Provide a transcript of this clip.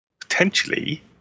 potentially